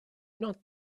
not